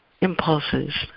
impulses